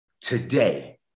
Today